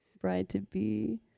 bride-to-be